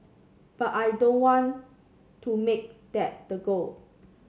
but I don't want to make that the goal